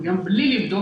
גם בלי לבדוק,